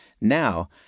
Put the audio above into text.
Now